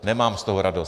Nemám z toho radost.